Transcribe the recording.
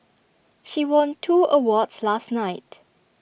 she won two awards last night